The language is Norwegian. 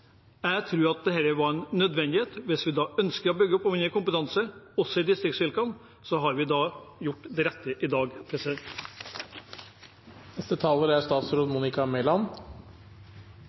Jeg tror at dette var en nødvendighet. Hvis vi ønsker å bygge opp kompetanse også i distriktsfylkene, har vi gjort det rette i dag.